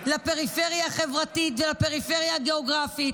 לפריפריה החברתית ולפריפריה הגיאוגרפית.